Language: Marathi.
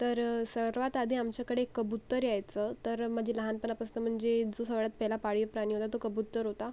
तर सर्वात आधी आमच्याकडे कबूतर यायचं तर म्हणजे लहानपणापासून म्हणजे जो सगळ्यात पहिला पाळीव प्राणी होता तो कबूतर होता